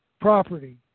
property